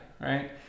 Right